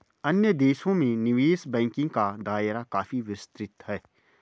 अन्य देशों में निवेश बैंकिंग का दायरा काफी विस्तृत है